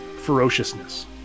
ferociousness